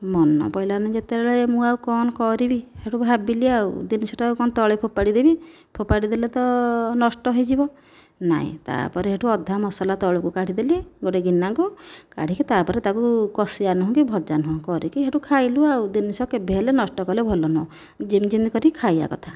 ମନ ପଇଲାନି ଯେତେବେଳେ ମୁଁ ଆଉ କଣ କରିବି ହେଇଠୁ ଭାବିଲି ଆଉ ଜିନିଷଟାକୁ କଣ ତଳେ ଫୋପାଡ଼ି ଦେବି ଫୋପାଡ଼ି ଦେଲେ ତ ନଷ୍ଟ ହୋଇଯିବ ନାହିଁ ତା ପରେ ହେଠୁ ଅଧା ମସଲା ତଳକୁ କାଢ଼ି ଦେଲି ଗୋଟିଏ ଗିନାକୁ କାଢ଼ିକି ତାପରେ ତାକୁ କଷିବା ନୁହଁ କି ଭଜା ନୁହଁ କରିକି ହେଠୁ ଖାଇଲୁ ଆଉ ଜିନିଷ କେବେ ହେଲେ ନଷ୍ଟ କଲେ ଭଲ ନୁହଁ ଯେମ ଯେମିତି କରି ଖାଇବା କଥା